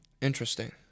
Interesting